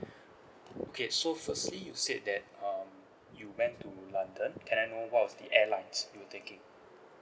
okay so firstly you said that um you went to london can I know what was the airlines you were taking